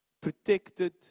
protected